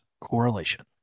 correlation